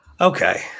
Okay